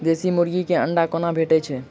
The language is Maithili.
देसी मुर्गी केँ अंडा कोना भेटय छै?